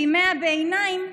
בימי הביניים,